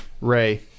Ray